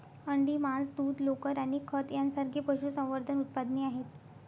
अंडी, मांस, दूध, लोकर आणि खत यांसारखी पशुसंवर्धन उत्पादने आहेत